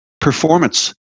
performance